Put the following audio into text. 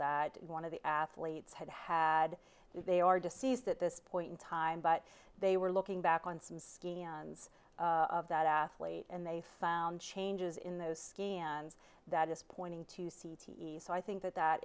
that one of the athletes had had they are deceased at this point in time but they were looking back on some skin hands of that athlete and they found changes in those scans that is pointing to c t e so i think that that